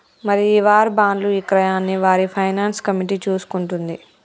మరి ఈ వార్ బాండ్లు ఇక్రయాన్ని వార్ ఫైనాన్స్ కమిటీ చూసుకుంటుంది